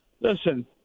Listen